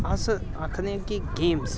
अस आखनें कि गेम्स